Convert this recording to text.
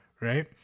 right